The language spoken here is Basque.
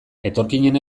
etorkinen